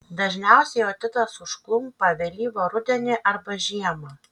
dažniausiai otitas užklumpa vėlyvą rudenį arba žiemą